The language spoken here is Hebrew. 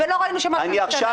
ולא ראינו שמשהו השתנה.